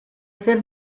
fer